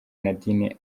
nadine